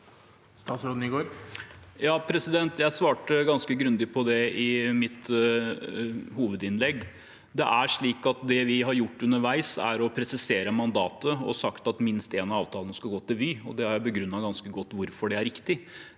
Jeg svarte ganske grundig på det i mitt hovedsvar. Det er slik at det vi har gjort underveis, er å presisere mandatet og si at minst én av avtalene skulle gå til Vy, og det er begrunnet ganske godt hvorfor det er riktig.